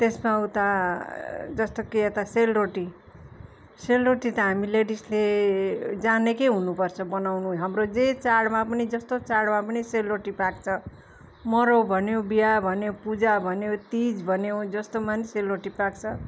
त्यसमा उता जस्तो कि यता सेलरोटी सेलरोटी त हामी लेडिसले जानेकै हुनुपर्छ बनाउनु हाम्रो जे चाडमा पनि जस्तो चाडमा पनि सेलरोटी पाक्छ मरौ भन्यो बिहा भन्यो पूजा भन्यो तिज भन्यो जस्तोमा पनि सेलरोटी पाक्छ